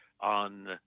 on